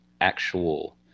actual